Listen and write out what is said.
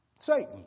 Satan